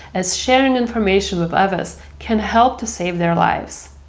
as sharing information with others can help to save their lives.